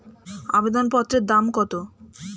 আবেদন পত্রের দাম কত?